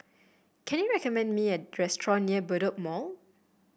can you recommend me a restaurant near Bedok Mall